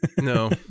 No